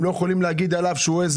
הם לא יכולים להגיד עליו שהוא מישהו